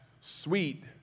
sweet